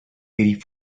eighty